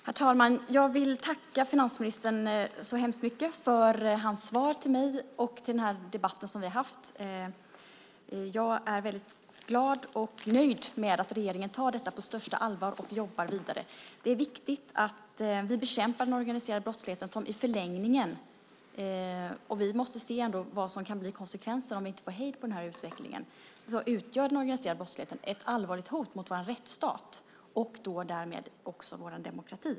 Herr talman! Jag vill tacka finansministern så hemskt mycket för hans svar till mig och för debatten som vi har haft. Jag är väldigt glad och nöjd med att regeringen tar detta på största allvar och jobbar vidare. Det är viktigt att vi bekämpar den organiserade brottsligheten, för vi måste se vad som blir konsekvensen om vi inte får hejd på den här utvecklingen, att den organiserade brottsligheten utgör ett allvarligt hot mot vår rättsstat och därmed också vår demokrati.